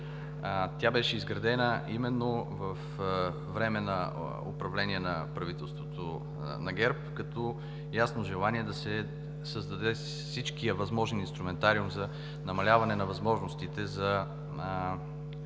Тя беше изградена именно по времето на управлението на правителството на ГЕРБ, като ясно желание да се създаде всичкият възможен инструментариум за намаляване на възможностите за